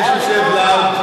היושב-ראש,